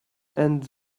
and